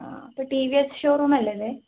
ആ അപ്പം T V S showroom അല്ലേ ഇത്